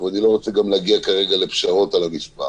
ואני גם לא רוצה להגיע כרגע לפשרות על המספר,